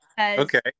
Okay